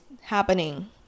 happening